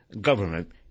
government